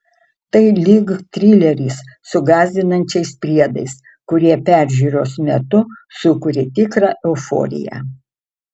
tai lyg trileris su gąsdinančiais priedais kurie peržiūros metu sukuria tikrą euforiją